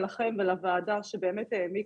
לך ולוועדה שהעמיקה.